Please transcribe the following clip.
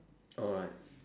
alright